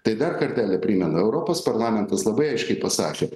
tai dar kartelį primenu europos parlamentas labai aiškiai pasakė